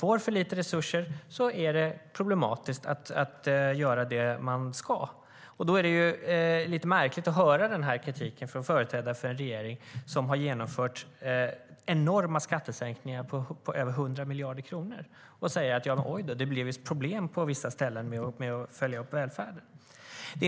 Får de för lite resurser blir det problematiskt att göra det de ska. Det är märkligt att höra en företrädare för en regering som har genomfört enorma skattesänkningar på över 100 miljarder kronor framföra denna kritik och säga: Oj då, det blev visst problem på vissa ställen att följa upp välfärden.